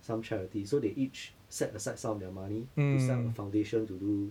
some charity so they each set aside some of their money to set up a foundation to do